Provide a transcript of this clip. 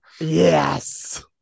yes